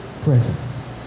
presence